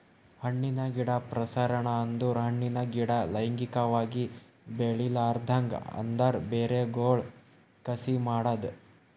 ಹಣ್ಣಿನ ಗಿಡ ಪ್ರಸರಣ ಅಂದುರ್ ಹಣ್ಣಿನ ಗಿಡ ಲೈಂಗಿಕವಾಗಿ ಬೆಳಿಲಾರ್ದಂಗ್ ಅದರ್ ಬೇರಗೊಳ್ ಕಸಿ ಮಾಡದ್